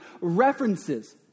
references